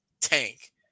Tank